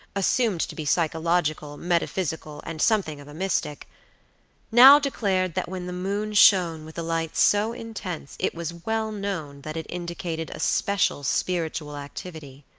assumed to be psychological, metaphysical, and something of a mystic now declared that when the moon shone with a light so intense it was well known that it indicated a special spiritual activity.